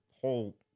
whole